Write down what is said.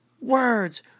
words